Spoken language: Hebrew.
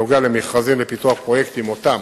בנוגע למכרזים לפיתוח פרויקטים שפרסמה,